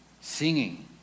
singing